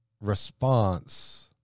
response